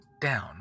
down